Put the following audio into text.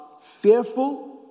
fearful